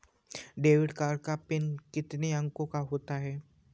Debit card का PIN कितने अंकों का होता है?